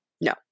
No